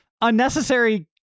unnecessary